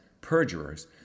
perjurers